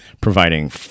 Providing